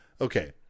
Okay